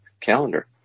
calendar